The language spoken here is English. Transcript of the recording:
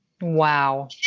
Wow